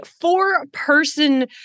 four-person